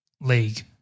league